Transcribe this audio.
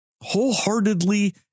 wholeheartedly